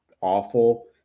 awful